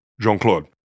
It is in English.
Jean-Claude